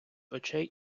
очей